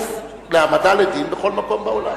חשוף להעמדה לדין בכל מקום בעולם.